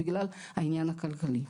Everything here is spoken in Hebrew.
בגלל העניין הכלכלי.